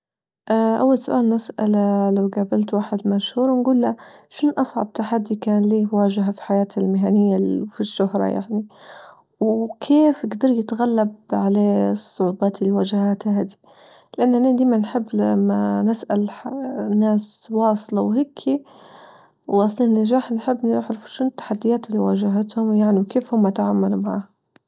اه أول سؤال نسأله لو جابلت واحد مشهور ونقول له شنو أصعب تحدي كان لي واجهة في حياته المهنية في الشهرة يعني وكيف جدر يتغلب على الصعوبات اللي واجهاتها هذي؟ ل أن أنا ديما نحب لما نسأل ناس واصلة وهيكي واصلين نجاح نحب نعرف شنو التحديات اللي واجهتهم ويعني كيف هم تعاملوا معها.